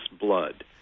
blood